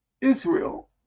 Israel